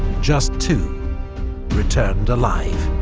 just two returned alive.